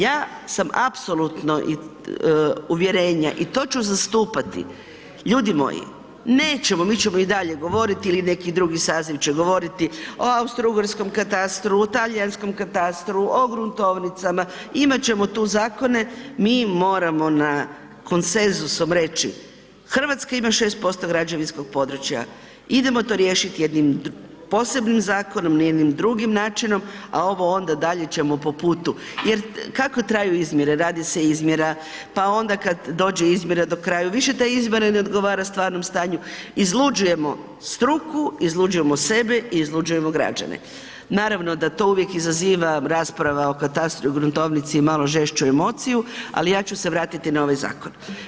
Ja sam apsolutno uvjerenja i to ću zastupati, ljudi moji nećemo, mi ćemo i dalje govoriti ili neki drugi saziv će govoriti o austro-ugarskom katastru, o talijanskom katastru, o gruntovnicama, imat ćemo tu zakone, mi moramo na, konsenzusom reći RH ima 6% građevinskog područja, idemo to riješit jednim posebnim zakonom, jednim drugim načinom, a ovo onda dalje ćemo po putu jer kako traju izmjere, radi se izmjera, pa onda kad dođe izmjera do kraja više ta izmjera ne odgovara stvarnom stanju, izluđujemo struku, izluđujemo sebe i izluđujemo građane, naravno da to uvijek izaziva, rasprava o katastru i gruntovnici, malo žešću emociju, al ja ću se vratiti na ovaj zakon.